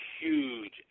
huge